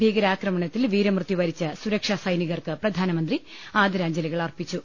ഭീകരാക്രമണത്തിൽ വീര മൃത്യു വരിച്ച സുരക്ഷാസൈനികർക്ക് പ്രധാനമന്ത്രി ആദരാഞ്ജലികളർപ്പിച്ചു